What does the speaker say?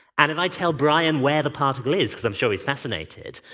and if i tell brian where the particle is, because i'm sure he's fascinated,